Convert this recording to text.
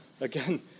again